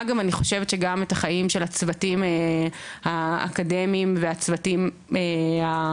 אגב אני חושבת שגם את החיים הצוותים האקדמיים והצוותים המנהליים,